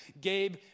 Gabe